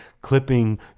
clipping